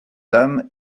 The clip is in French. dame